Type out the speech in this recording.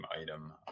item